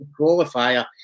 qualifier